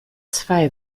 zwei